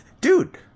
Dude